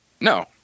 No